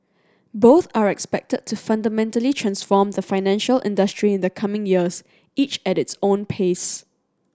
both are expected to fundamentally transform the financial industry in the coming years each at its own pace